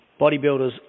bodybuilders